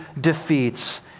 defeats